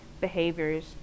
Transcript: behaviors